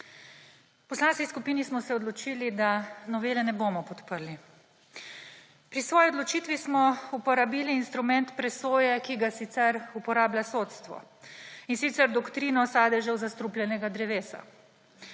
poslanski skupini smo se odločili, da novele ne bomo podprli. Pri svoji odločitvi smo uporabili instrument presoje, ki ga sicer uporablja sodstvo, in sicer doktrino sadežev zastrupljenega drevesa.